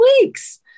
weeks